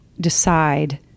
decide